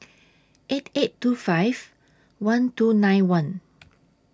eight eight two five one two nine one